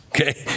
Okay